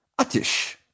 Atish